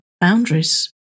boundaries